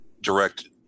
direct